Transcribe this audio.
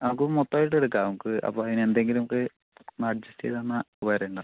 നമുക്ക് മൊത്തമായിട്ട് എടുക്കാം നമുക്ക് അപ്പോൾ അതിന് എന്തെങ്കിലും ഒക്കെ ഒന്ന് അഡ്ജസ്റ്റ് ചെയ്ത് തന്നാൽ ഉപകാരം ഉണ്ട്